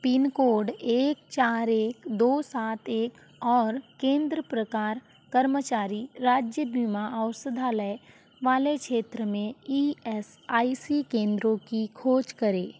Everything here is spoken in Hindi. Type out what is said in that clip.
पिन कोड एक चार एक दो सात एक और केंद्र प्रकार कर्मचारी राज्य बीमा औषधालय वाले क्षेत्र मे ई एस आई सी केंद्रों की खोज करे